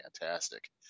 fantastic